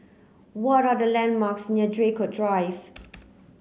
what are the landmarks near Draycott Drive